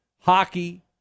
hockey